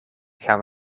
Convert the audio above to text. gaan